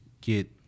get